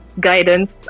guidance